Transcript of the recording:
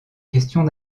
questions